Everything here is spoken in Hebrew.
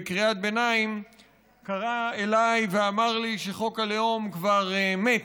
בקריאת ביניים קרא אליי ואמר לי שחוק הלאום כבר מת,